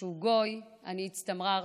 שהוא גוי, אני הצטמררתי.